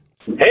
Hey